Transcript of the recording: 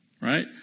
Right